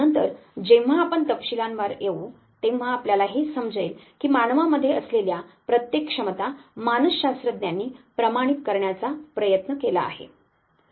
नंतर जेव्हा आपण तपशीलांवर येऊ तेव्हा आपल्याला हे समजेल की मानवांमध्ये असलेल्या प्रत्येक क्षमता मानसशास्त्रज्ञांनी प्रमाणित करण्याचा प्रयत्न केला आहे